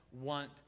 want